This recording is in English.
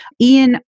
Ian